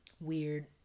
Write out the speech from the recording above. weird